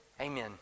Amen